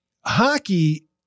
hockey